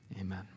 amen